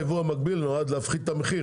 יבוא מקביל נועד להפחית את המחיר,